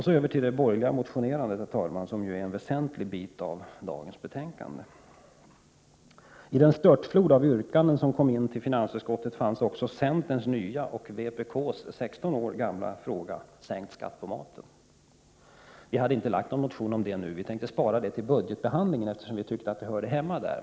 Så något om de borgerliga motionerna, herr talman, som dagens betänkande väsentligen handlar om. I den störtflod av yrkanden som finansutskottet hade att möta återfanns centerns nya och vpk:s 16 år gamla fråga om sänkt skatt på maten. Vi har inte väckt någon motion i det avseendet, eftersom vi ville spara med det tills budgetbehandlingen påbörjas. Vi tyckte nämligen att frågan bör tas upp i det sammanhanget.